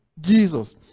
Jesus